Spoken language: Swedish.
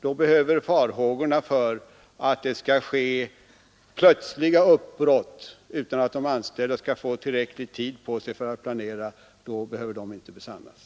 Då behöver farhågorna för att det skall ske plötsliga uppbrott utan att de anställda får tillräcklig tid på sig för att planera inte besannas.